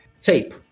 tape